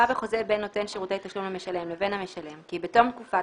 בחוזה בין נותן שירותי תשלום למשלם לבין המשלם כי בתום תקופת